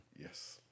Yes